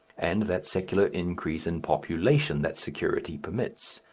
and that secular increase in population that security permits.